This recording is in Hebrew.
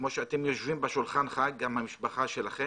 כמו שאתם יושבים בשולחן חג עם המשפחה שלכם